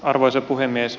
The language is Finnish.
arvoisa puhemies